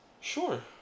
Sure